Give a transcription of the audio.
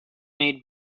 made